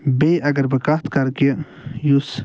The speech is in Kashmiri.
بیٚیہِ اگر بہٕ کتھ کرٕ کہِ یُس